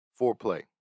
foreplay